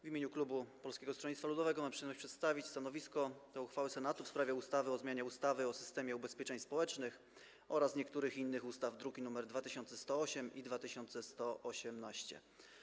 W imieniu klubu Polskiego Stronnictwa Ludowego mam przyjemność przedstawić stanowisko co do uchwały Senatu w sprawie ustawy o zmianie ustawy o systemie ubezpieczeń społecznych oraz niektórych innych ustaw, druki nr 2108 i 2118.